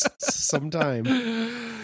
Sometime